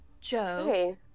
Joe